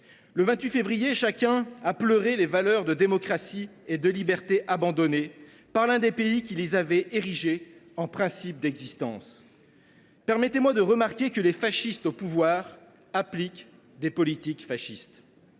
Le 28 février, chacun a pleuré les valeurs de la démocratie et de la liberté, abandonnées par l’un des pays qui les avaient érigées en principe d’existence. Permettez moi de vous faire remarquer que les fascistes au pouvoir appliquent des politiques fascistes.